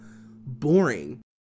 boring